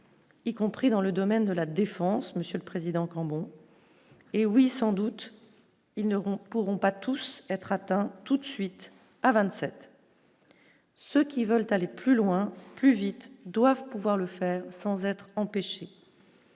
y compris dans le domaine de la défense Monsieur le Président, quand bon hé oui, sans doute il ne auront pourront pas tous être atteints, tout de suite à 27. Ceux qui veulent aller plus loin, plus vite doivent pouvoir le faire sans être empêchés,